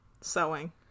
sewing